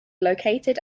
located